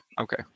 okay